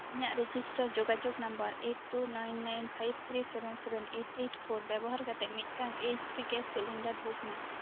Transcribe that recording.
ᱤᱧᱟᱹᱜ ᱨᱮᱡᱤᱥᱴᱟᱨ ᱡᱳᱜᱟᱡᱳᱜᱽ number eight two nine nine five three seven seven eight eight four ᱵᱮᱵᱚᱦᱟᱨ ᱠᱟᱛᱮᱫ ᱢᱤᱫᱴᱟᱱ H P gas cylinder book ᱢᱮ